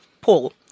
Paul